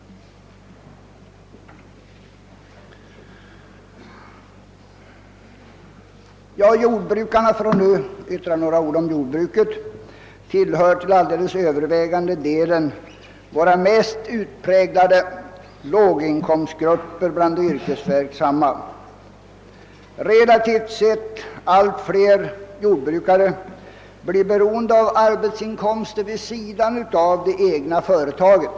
Om jag får yttra några ord om jordbruket, vill jag säga att jordbrukarna till alldeles övervägande delen tillhör våra mest utpräglade låginkomstgrupper bland de yrkesverksamma. Relativt sett allt fler jordbrukare blir beroende av arbetsinkomster vid sidan av det egna företaget.